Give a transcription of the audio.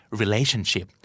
relationship